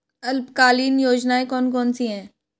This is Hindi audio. अल्पकालीन योजनाएं कौन कौन सी हैं?